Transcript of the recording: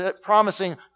promising